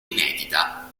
inedita